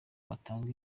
batange